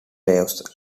slaves